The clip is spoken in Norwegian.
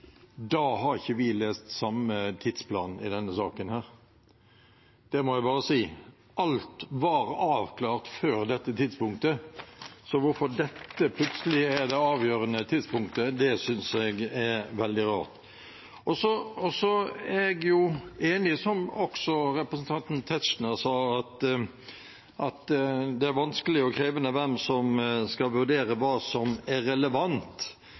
Da har ikke vi lest samme tidsplan i denne saken – det må jeg bare si. Alt var avklart før dette tidspunktet, så at dette plutselig er det avgjørende tidspunktet, synes jeg er veldig rart. Så er jeg jo enig i, som også representanten Tetzschner sa, at det med hvem som skal vurdere hva som er relevant,